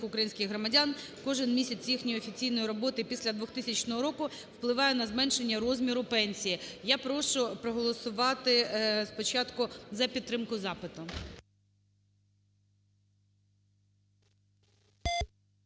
українських громадян кожен місяць їхньої офіційної роботи після 2000 року впливає на зменшення розміру пенсій. Я прошу проголосувати спочатку за підтримку запиту.